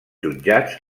jutjats